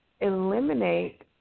eliminate